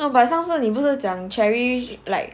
no but 上次你不是讲 cherry like